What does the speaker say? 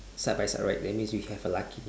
side by side right that means you have a lucky